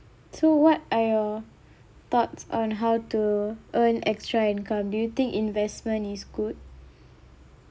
so what are your thoughts on how to earn extra income do you think investment is good